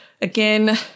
Again